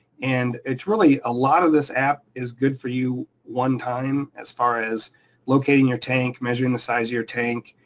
and it's really a lot of this app is good for you one time, as far as locating your tank, measuring the size of your tank,